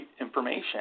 information